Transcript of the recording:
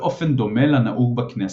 באופן דומה לנהוג בכנסת.